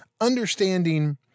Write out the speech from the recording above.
understanding